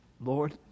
Lord